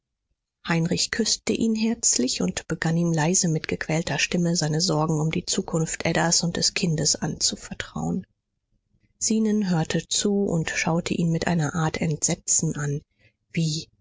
heinrich küßte ihn herzlich und begann ihm leise mit gequälter stimme seine sorgen um die zukunft adas und des kindes anzuvertrauen zenon hörte zu und schaute ihn mit einer art entsetzen an wie